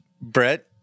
Brett